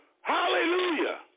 Hallelujah